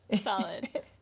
Solid